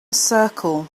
circle